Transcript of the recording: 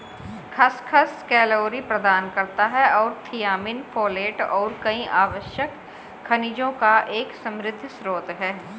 खसखस कैलोरी प्रदान करता है और थियामिन, फोलेट और कई आवश्यक खनिजों का एक समृद्ध स्रोत है